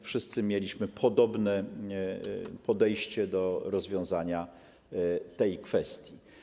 Wszyscy mieliśmy podobne podejście do rozwiązania tej kwestii.